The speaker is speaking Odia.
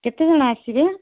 କେତେଜଣ ଆସିବେ